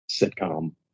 sitcom